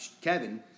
Kevin